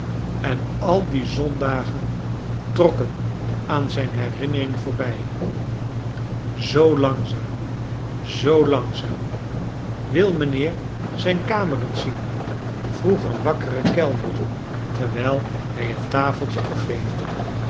en al die zondagen trokken aan zijn herinnering voorbij zoo langzaam zoo langzaam wil mijnheer zijn kamer eens zien vroeg een wakkere kellncr terwijl hij het tafeltje afveegde